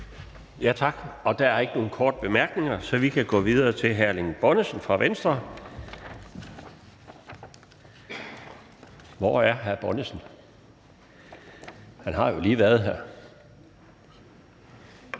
Tak. Der er ikke nogen korte bemærkninger, så vi kan gå videre til hr. Erling Bonnesen fra Venstre. Hvor er hr. Erling Bonnesen? Han har jo lige været her.